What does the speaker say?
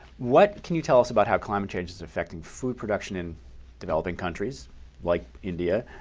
what can you tell us about how climate change is affecting food production in developing countries like india